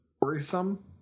worrisome